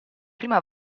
prima